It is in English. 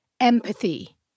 empathy